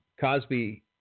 Cosby